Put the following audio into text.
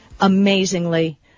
amazingly